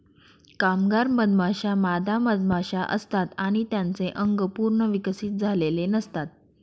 कामगार मधमाश्या मादा मधमाशा असतात आणि त्यांचे अंग पूर्ण विकसित झालेले नसतात